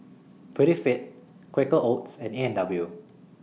Prettyfit Quaker Oats and A and W